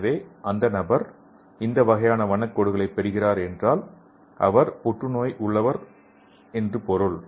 எனவே ஒரு நபர் இந்த வகையான வண்ணக் கோடுகளைப் பெறுகிறார் என்றால் அவர் புற்றுநோய் உள்ளவர் என்று பொருள்